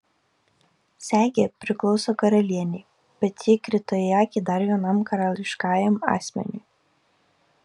segė priklauso karalienei bet ji krito į akį dar vienam karališkajam asmeniui